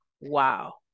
Wow